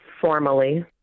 formally